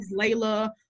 layla